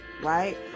right